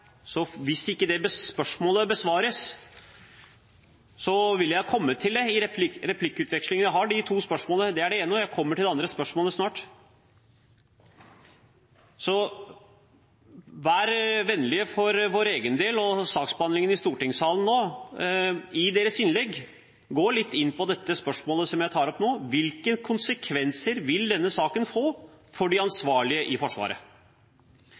så hvis ikke det spørsmålet besvares, vil jeg komme til det i replikkvekslingen. Jeg har de to spørsmålene. Dette er det ene, og jeg kommer snart til det andre spørsmålet. Vær vennlig – for vår egen del og av hensyn til saksbehandlingen i stortingssalen nå – å gå litt inn på det spørsmålet som jeg tar opp nå, i innleggene deres: Hvilke konsekvenser vil denne saken få for de ansvarlige i Forsvaret?